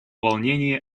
волнении